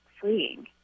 freeing